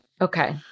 Okay